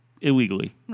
illegally